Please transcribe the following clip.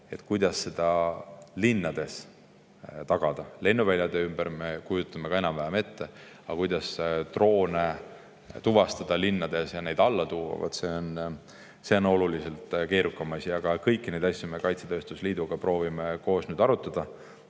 see, kuidas seda linnades tagada. Lennuväljade ümber me kujutame seda enam-vähem ette, aga kuidas droone tuvastada linnades ja neid alla tuua, see on oluliselt keerukam. Aga kõiki neid asju me kaitsetööstuse liiduga proovime koos arutada.